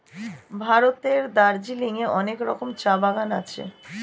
ভারতের দার্জিলিং এ অনেক রকমের চা বাগান আছে